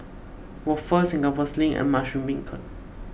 Waffle Singapore Sling and Mushroom Beancurd